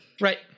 Right